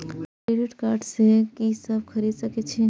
Credit card से की सब खरीद सकें छी?